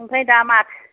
ओमफ्राय दा माथो